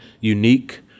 unique